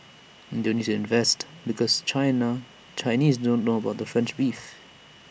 and they'll need to invest because China Chinese don't know about French beef